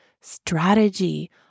strategy